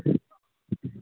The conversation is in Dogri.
अ